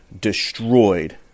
destroyed